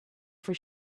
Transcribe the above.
for